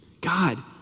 God